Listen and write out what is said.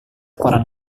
koran